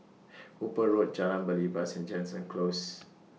Hooper Road Jalan Belibas and Jansen Close